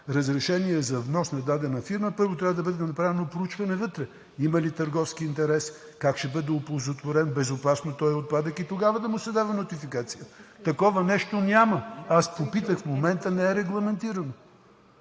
разрешение за внос на дадена фирма, първо трябва да бъде направено проучване вътре – има ли търговски интерес, как ще бъде оползотворен безопасно този отпадък и тогава да му се дава нотификация. Такова нещо няма. Аз попитах. В момента не е регламентирано.